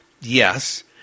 Yes